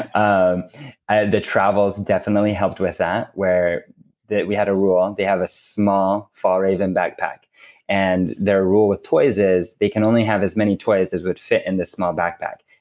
and um ah the travels definitely helped with that. that. we had a rule, they have a small fjallraven backpack and their rule with toys is they can only have as many toys as would fit in this small backpack,